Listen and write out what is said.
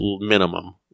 minimum